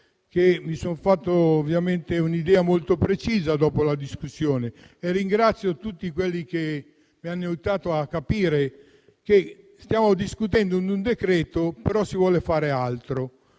mi sono fatto un'idea molto precisa dopo la discussione. Ringrazio tutti quelli che mi hanno aiutato a capire che stiamo discutendo di un decreto-legge, però si vuole fare altro.